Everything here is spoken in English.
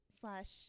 slash